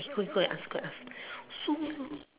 quick quick go and ask go and ask so long